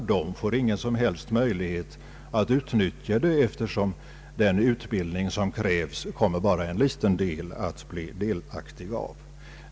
De flesta ungdomar får ingen som helst möjlighet att utnyttja systemet, eftersom den utbildning som krävs kommer bara ett fåtal till del.